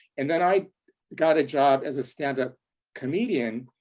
and then i got a job as a stand up comedian.